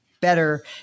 better